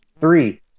Three